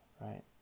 right